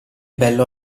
bello